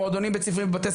מנכ"ל התאחדות בתי הספר.